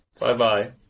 Bye-bye